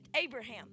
Abraham